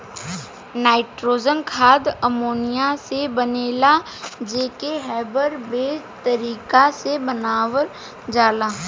nitrogen खाद ammonia से बनेला जे के हैबर बोच तारिका से बनावल जाला